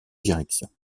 directions